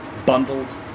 bundled